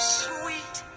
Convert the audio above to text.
sweet